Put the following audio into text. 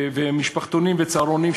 משפחתונים וצהרונים,